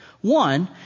One